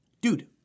dude